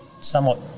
somewhat